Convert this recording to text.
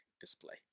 display